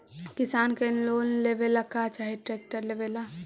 किसान के लोन लेबे ला का चाही ट्रैक्टर लेबे ला?